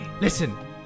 Listen